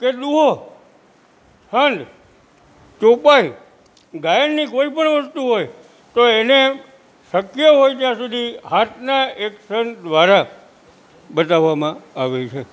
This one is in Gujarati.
કે દુહો છંદ ચોપાઈ ગાયનની કોઈ પણ વસ્તુ હોય તો એને શક્ય હોય ત્યાં સુધી હાથના એક્શન દ્વારા બતાવામાં આવે છે